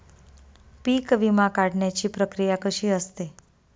पीक विमा काढण्याची प्रक्रिया कशी असते?